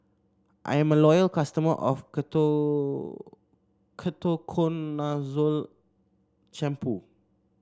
I'm a loyal customer of Ketoconazole Shampoo